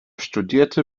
studierte